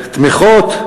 ותמיכות,